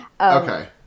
Okay